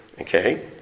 Okay